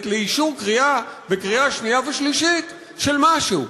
לאישור בקריאה שנייה ושלישית של משהו.